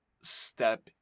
step